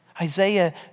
Isaiah